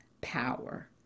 power